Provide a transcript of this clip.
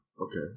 okay